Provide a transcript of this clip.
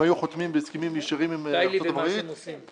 הם היו חותמים בהסכמים ישרים עם ארה"ב -- די לי במה שהם עושים.